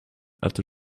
after